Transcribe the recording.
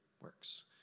works